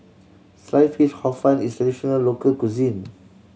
Sliced Fish Hor Fun is traditional local cuisine